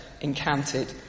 encountered